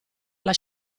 alla